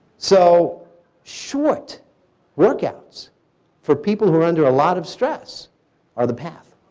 so short workouts for people who are under a lot of stress are the path.